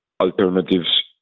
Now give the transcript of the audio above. alternatives